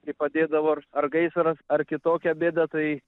kai padėdavo ar ar gaisras ar kitokia bėda tai